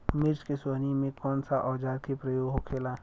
मिर्च के सोहनी में कौन सा औजार के प्रयोग होखेला?